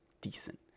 decent